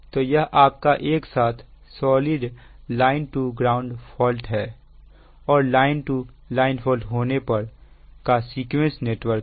तो यह आपका एक साथ solid line to ground fault और लाइन टू लाइन फॉल्ट होने पर का सीक्वेंस नेटवर्क है